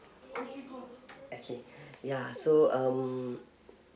okay ya so um